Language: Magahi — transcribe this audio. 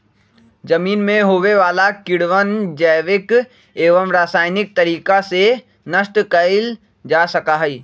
जमीन में होवे वाला कीड़वन जैविक एवं रसायनिक तरीका से नष्ट कइल जा सका हई